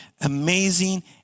amazing